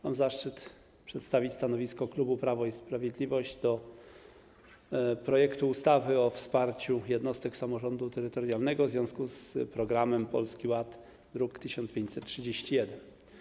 Mam zaszczyt przedstawić stanowisko klubu Prawo i Sprawiedliwość do projektu ustawy o wsparciu jednostek samorządu terytorialnego w związku z Programem Polski Ład (druk nr 1531)